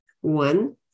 one